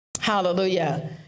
Hallelujah